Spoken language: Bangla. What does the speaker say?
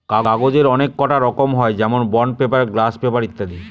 কাগজের অনেককটা রকম হয় যেমন বন্ড পেপার, গ্লাস পেপার ইত্যাদি